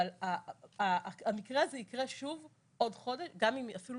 אבל המקרה הזה ייקרה שוב עוד חודש, גם אם אפילו